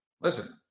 listen